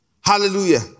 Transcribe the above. Hallelujah